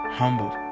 humble